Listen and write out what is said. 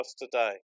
today